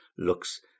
looks